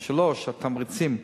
3. התמריצים,